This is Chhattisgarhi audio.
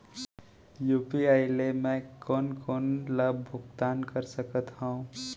यू.पी.आई ले मैं कोन कोन ला भुगतान कर सकत हओं?